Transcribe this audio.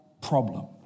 problem